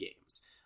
games